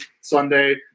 Sunday